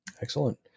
excellent